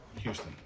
Houston